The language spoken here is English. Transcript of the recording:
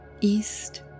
east